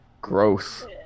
gross